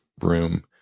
room